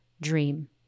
dream